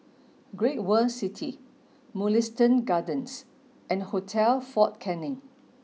Great World City Mugliston Gardens and Hotel Fort Canning